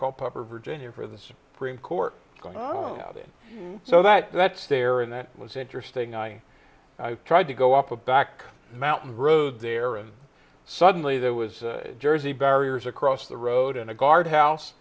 culpepper virginia for the supreme court going oh that so that that's there and that was interesting i tried to go up a back mountain road there and suddenly there was jersey barriers across the road and a guard house